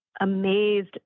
amazed